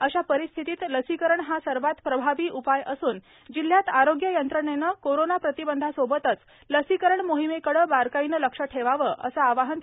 अशा परिस्थितीत लसीकरण हा सर्वात प्रभावी उपाय असून जिल्ह्यात आरोग्य यंत्रणेने कोरोना प्रतिबंधासोबतच लसीकरण मोहिमेकडे बारकाईने लक्ष ठेवावे असे आवाहन डॉ